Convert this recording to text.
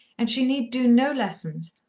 and she need do no lessons,